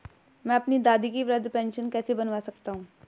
मैं अपनी दादी की वृद्ध पेंशन कैसे बनवा सकता हूँ?